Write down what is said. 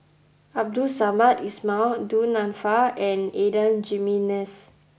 Abdul Samad Ismail Du Nanfa and Adan Jimenez